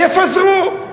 יפזרו.